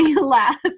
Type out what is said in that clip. last